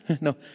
No